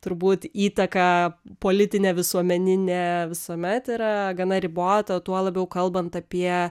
turbūt įtaka politinė visuomeninė visuomet yra gana ribota tuo labiau kalbant apie